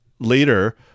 Later